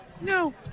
No